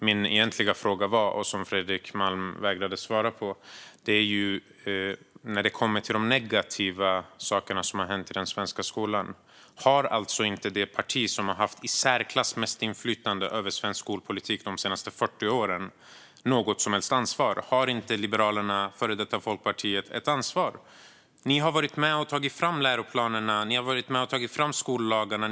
Min egentliga fråga, som Fredrik Malm vägrade att svara på, gällde de negativa saker som har hänt i den svenska skolan och om det parti som de senaste 40 åren har haft i särklass mest inflytande över svensk skolpolitik inte har något som helst ansvar. Har inte Liberalerna, före detta Folkpartiet, ett ansvar? Ni har varit med och tagit fram läroplanerna. Ni har varit med och tagit fram skollagarna.